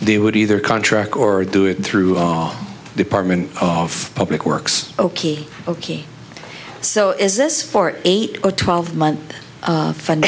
they would either contract or do it through all department of public works okey dokey so is this for eight or twelve months fun